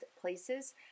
places